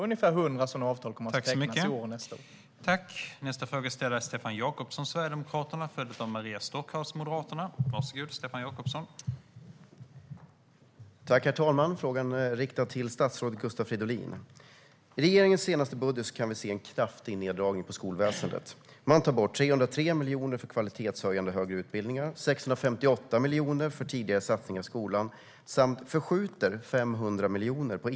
Ungefär 100 sådana avtal kommer att tecknas i år och nästa år.